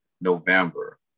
November